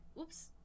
Oops